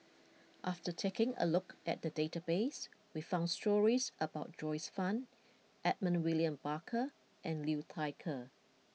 after taking a look at the database we found stories about Joyce Fan Edmund William Barker and Liu Thai Ker